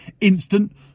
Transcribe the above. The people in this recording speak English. instant